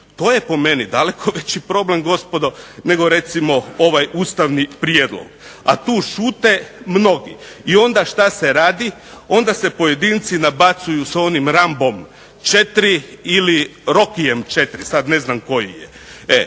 To je po meni daleko veći problem gospodo nego recimo ovaj ustavni prijedlog. A tu šute mnogi. I onda što se radi? Onda se pojedinci nabacuju s onim Rambom IV ili Rockyem IV, sad ne znam koji je. E